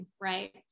right